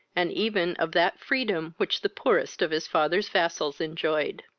and even of that freedom which the poorest of his father's vassals enjoyed.